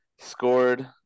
scored